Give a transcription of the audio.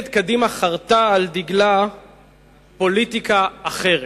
חרתה על דגלה פוליטיקה אחרת,